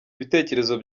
ibitekerezo